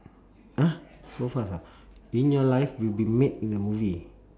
!huh! so fast ah in your life you've been made in a movie